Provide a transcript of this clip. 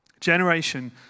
Generation